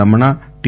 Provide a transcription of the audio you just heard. Ramana T